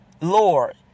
Lord